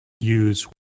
use